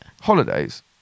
Holidays